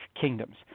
kingdoms